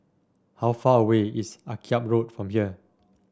how far away is Akyab Road from here